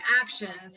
actions